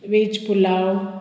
veg pulao